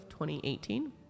2018